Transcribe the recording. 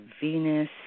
Venus